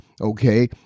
okay